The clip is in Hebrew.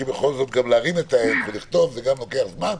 כי בכל זאת גם להרים את העט ולכתוב לוקח זמן.